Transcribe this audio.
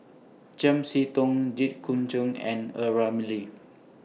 Chiam See Tong Jit Koon Ch'ng and A Ramli